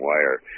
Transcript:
Wire